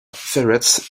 ferrets